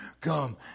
come